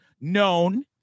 known